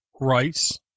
Rice